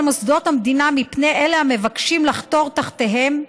מוסדות המדינה מפני אלה המבקשים לחתור תחתיהם,